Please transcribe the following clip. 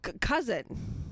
cousin